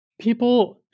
people